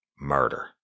murder